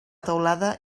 teulada